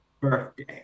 birthday